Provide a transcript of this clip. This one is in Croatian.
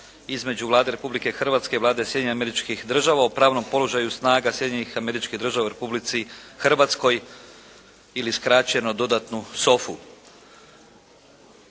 između Vlade Republike Hrvatske i Vlade Sjedinjenih Američkih Država o pravnom položaju snaga Sjedinjenih Američkih Država u Republici Hrvatskoj ili skračeno dodatnu «SOFA-u».